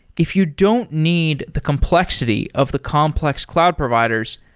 if you don't need the complexity of the complex cloud providers,